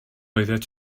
oeddet